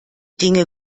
dinge